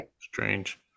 Strange